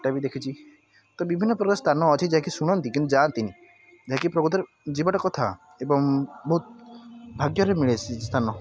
ସେଇଟାବି ଦେଖିଛି ତ ବିଭିନ୍ନ ପ୍ରକାର ସ୍ଥାନ ଅଛି ଯେକି ଶୁଣନ୍ତି କିନ୍ତୁ ଯାଆନ୍ତିନି ଯାହାକି ପ୍ରକୃତରେ ଯିବାଟା କଥା ଏଵଂ ବହୁତ ଭାଗ୍ୟରେ ମିଳେ ସେହି ସ୍ଥାନ